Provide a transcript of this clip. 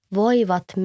voivat